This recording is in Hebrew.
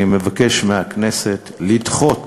אני מבקש מהכנסת לדחות